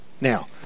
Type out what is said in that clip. Now